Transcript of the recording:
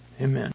Amen